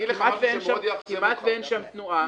כמעט ואין שם תנועה.